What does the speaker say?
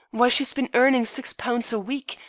why, she's been earning six pounds a week,